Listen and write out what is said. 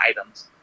items